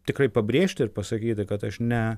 tikrai pabrėžti ir pasakyti kad aš ne